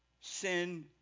sin